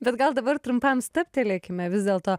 bet gal dabar trumpam stabtelėkime vis dėlto